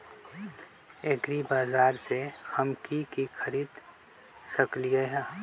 एग्रीबाजार से हम की की खरीद सकलियै ह?